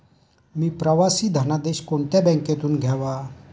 मी प्रवासी धनादेश कोणत्या बँकेतून घ्यावा?